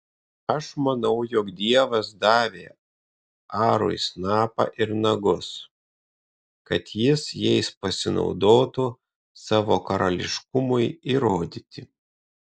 aš manau jog dievas davė arui snapą ir nagus kad jis jais pasinaudotų savo karališkumui įrodyti